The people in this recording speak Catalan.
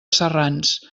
serrans